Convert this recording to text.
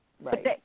Right